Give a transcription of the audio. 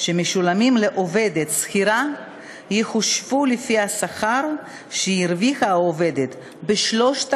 שמשולמים לעובדת שכירה יחושבו לפי השכר שהרוויחה העובדת בשלושת